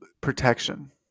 protection